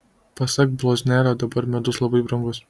pasak bloznelio dabar medus labai brangus